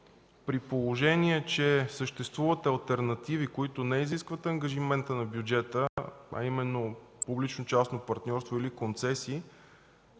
при положение, че съществуват алтернативи, които не изискват ангажименти на бюджета, а именно публично частно партньорство или концесии,